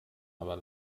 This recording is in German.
aber